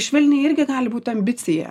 švelniai irgi gali būt ambicija